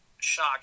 shock